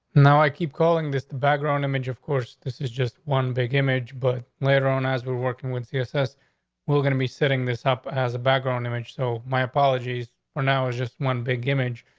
now i keep calling this the background image. of course, this is just one big image. but later on, as we're working with the assessed, we're gonna be setting this up as a background image. so my apologies. for now, it's just one big image.